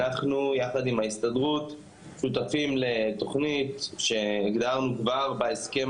יחד עם ההסתדרות אנחנו שותפים לתוכנית שכבר הגדרנו בהסכם